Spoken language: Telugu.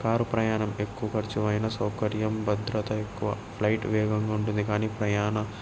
కారు ప్రయాణం ఎక్కువ ఖర్చు అయినా సౌకర్యం భద్రత ఎక్కువ ఫ్లైట్ వేగంగా ఉంటుంది కానీ ప్రయాణ